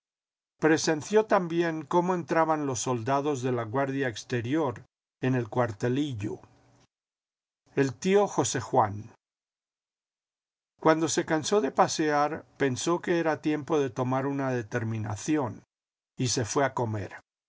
presenció también cómo entraban los soldados de la guardia exterior en el cuartelillo el tío josé juan cuando se cansó de pasear pensó que era tiempo de tomar una determinación y se fué a comer